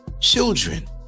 children